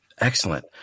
Excellent